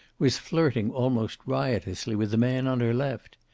was flirting almost riotously with the man on her left.